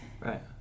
Right